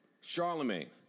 Charlemagne